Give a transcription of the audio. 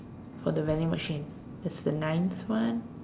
for the vending machine that's the ninth one